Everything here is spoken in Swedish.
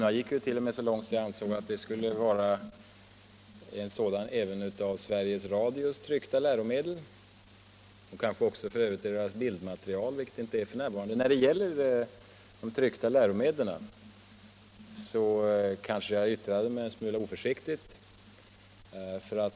Jag gick t.o.m. så långt att jag ansåg att det skulle vara en sådan även när det gäller Sveriges Radios tryckta läromedel, kanske för övrigt också i fråga om dess bildmaterial, vilket f. n. inte är fallet. När det gäller de tryckta läromedlen kanske jag yttrade mig en smula oförsiktigt.